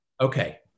okay